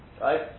right